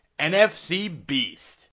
NFCBEAST